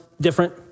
different